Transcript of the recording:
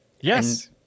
Yes